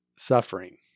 Suffering